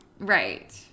Right